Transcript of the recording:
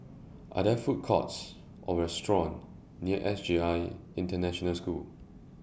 Are There Food Courts Or restaurants near S J I International School